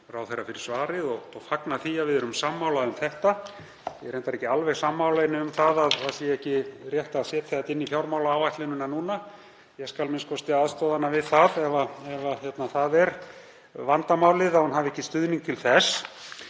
ráðherra fyrir svarið og fagna því að við séum sammála um þetta. Ég er reyndar ekki alveg sammála henni um að ekki sé rétt að setja þetta inn í fjármálaáætlun núna, ég skal a.m.k. aðstoða hana við það ef vandamálið er að hún hafi ekki stuðning til þess.